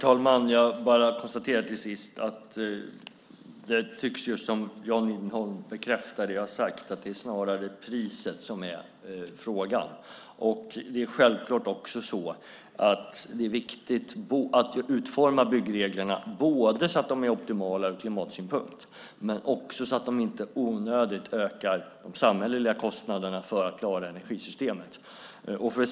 Herr talman! Det tycks som om Jan Lindholm bekräftar det jag har sagt, att det snarare handlar om priset. Det är naturligtvis viktigt att utforma byggreglerna så att de är optimala ur klimatsynpunkt och så att de inte onödigt ökar de samhälleliga kostnaderna för att klara energisystemet.